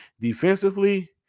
Defensively